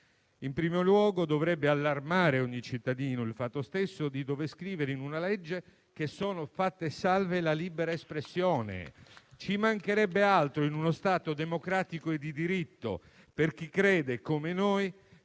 In primo luogo dovrebbe allarmare ogni cittadino il fatto stesso di dover scrivere in una legge che è fatta salva la libera espressione. Ci mancherebbe altro in uno Stato democratico e di diritto, per chi crede, come noi,